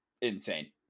insane